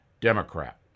Democrat